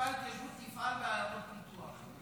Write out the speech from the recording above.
שהחטיבה להתיישבות תפעל בעיירות הפיתוח,